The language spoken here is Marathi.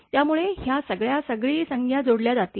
त्यामुळे ह्या सगळ्या सगळी संज्ञा जोडल्या जातील